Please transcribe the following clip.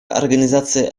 организация